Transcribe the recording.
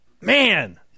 Man